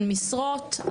על משרות,